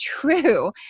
true